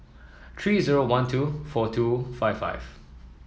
three zero one two four two five five